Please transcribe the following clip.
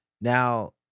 Now